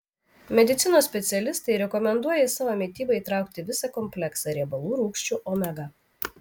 medicinos specialistai rekomenduoja į savo mitybą įtraukti visą kompleksą riebalų rūgščių omega